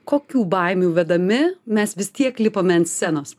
kokių baimių vedami mes vis tiek lipome ant scenos